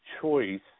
choice